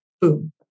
Boom